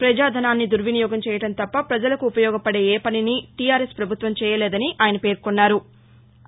పజా ధనాన్ని దుర్వినియోగం చేయడం తప్ప ప్రజలకు ఉపయోగపదే ఏ పనినీ టీఆర్ ఎస్ పభుత్వం చేయలేదని ఆయన పేర్కొన్నారు